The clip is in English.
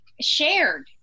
shared